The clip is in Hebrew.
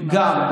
גם.